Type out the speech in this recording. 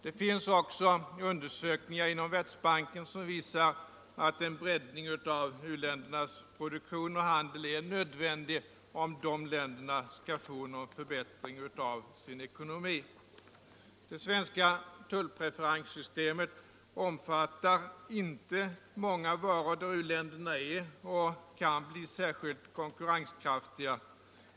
Det finns också undersökningar inom Världsbanken som visar att en breddning av u-ländernas produktion och handel är nödvändig, om de länderna skall få någon förbättring av sin ekonomi. Det svenska tullpreferenssystemet omfattar inte många varor i fråga om vilka u-länderna är och kan bli särskilt konkurrenskraftiga.